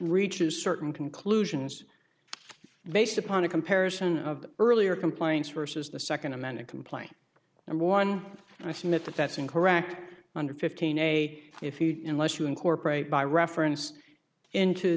reaches certain conclusions based upon a comparison of the earlier complaints first as the second amended complaint and one i submit that's incorrect under fifteen a if you unless you incorporate by referenced into